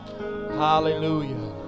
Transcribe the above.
Hallelujah